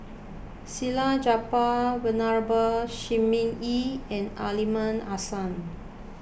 Salleh Japar Venerable Shi Ming Yi and Aliman Hassan